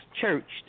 church